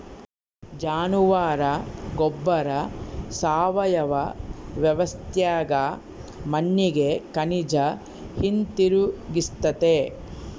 ಜಾನುವಾರ ಗೊಬ್ಬರ ಸಾವಯವ ವ್ಯವಸ್ಥ್ಯಾಗ ಮಣ್ಣಿಗೆ ಖನಿಜ ಹಿಂತಿರುಗಿಸ್ತತೆ